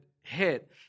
hit